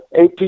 AP